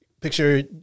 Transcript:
picture